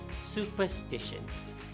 superstitions